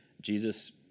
Jesus